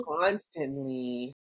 constantly